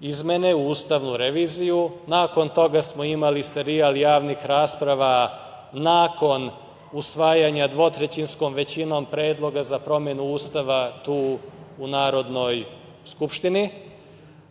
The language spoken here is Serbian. izmene, u ustavnu reviziju. Nakon toga smo imali serijal javnih rasprava nakon usvajanja dvotrećinskom većinom predloga za promenu Ustava tu u Narodnoj skupštini,